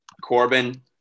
Corbin –